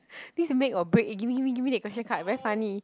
this make or break eh give me give me give me that question card very funny